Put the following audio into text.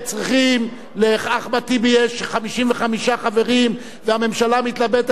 לאחמד טיבי יש 55 חברים והממשלה מתלבטת איך היא תנצח אותו,